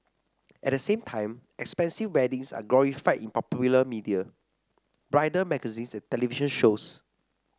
at the same time expensive weddings are glorified in popular media bridal magazines and television shows